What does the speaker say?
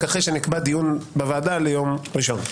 אחרי שנקבע דיון בוועדה ליום ראשון.